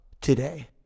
today